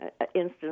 instance